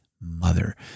mother